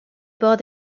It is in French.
bords